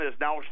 now